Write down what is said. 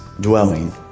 dwelling